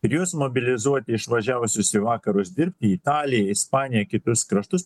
ir juos mobilizuoti išvažiavusius į vakarus dirbti į italiją į ispaniją kitus kraštus